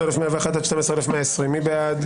12,061 עד 12,080, מי בעד?